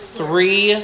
three